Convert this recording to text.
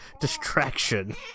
distraction